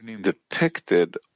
depicted